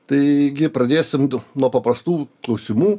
taigi pradėsim nuo paprastų klausimų